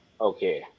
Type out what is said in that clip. Okay